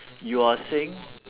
you are saying